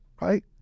right